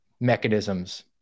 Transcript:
mechanisms